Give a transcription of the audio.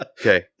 Okay